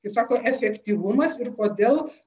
kaip sako efektyvumas ir kodėl